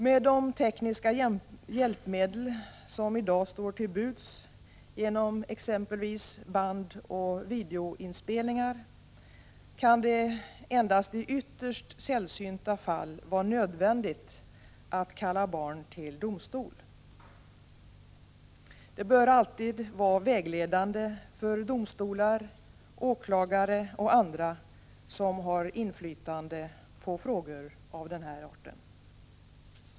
Med de tekniska hjälpmedel som i dag står till buds genom exempelvis bandoch videoinspelningar kan det endast i ytterst sällsynta fall vara nödvändigt att kalla barn till domstol. Detta bör alltid vara vägledande för domstolar, åklagare och andra som har inflytande på frågor av denna art.